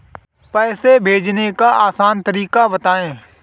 पैसे भेजने का आसान तरीका बताए?